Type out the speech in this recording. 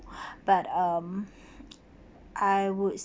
but um I would